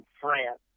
France